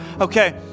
okay